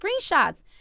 screenshots